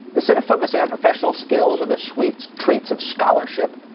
instead of focusing on professional skills or the sweet treats of scholarship,